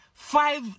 five